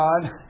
God